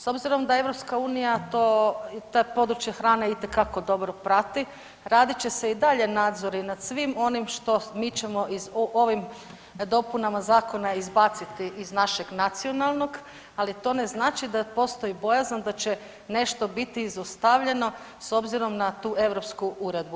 S obzirom da EU to, ta područja hrane itekako dobro prati radit će i dalje nadzori nad svim onim što mi ćemo ovim dopunama zakona izbaciti iz našeg nacionalnog, ali to ne znači da postoji bojazan da će nešto biti izostavljeno s obzirom da tu europsku uredbu.